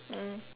mm